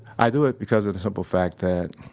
i do it because of the simple fact that